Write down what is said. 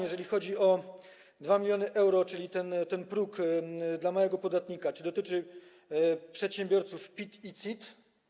Jeżeli chodzi o 2 mln euro, czyli próg dla małego podatnika, czy dotyczy on przedsiębiorców PIT i CIT?